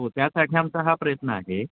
हो त्यासाठी आमचा हा प्रयत्न आहे